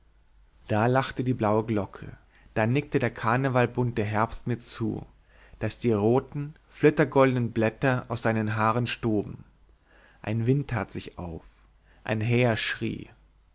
da lachte die blaue glocke da nickte der karnevalbunte herbst mir zu daß die roten flittergoldnen blätter aus seinen haaren stoben ein wind tat sich auf ein häher schrie